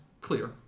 clear